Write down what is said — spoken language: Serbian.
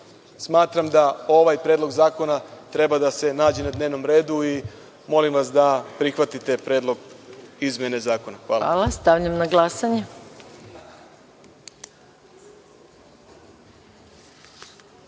smatram da ovaj Predlog zakona treba da se nađe na dnevnom redu i molim vas da prihvatite predlog izmene zakona. Zahvaljujem. **Maja